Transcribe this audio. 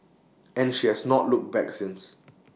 and she has not looked back since